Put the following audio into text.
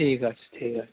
ঠিক আছে ঠিক আছে